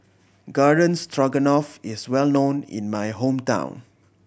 Garden Stroganoff is well known in my hometown